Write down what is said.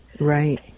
Right